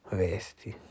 vesti